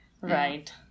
Right